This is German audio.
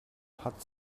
hat